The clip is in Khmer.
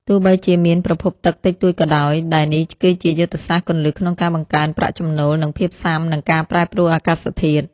ទោះបីជាមានប្រភពទឹកតិចតួចក៏ដោយ ដែលនេះគឺជាយុទ្ធសាស្ត្រគន្លឹះក្នុងការបង្កើនប្រាក់ចំណូល និងភាពស៊ាំនឹងការប្រែប្រួលអាកាសធាតុ។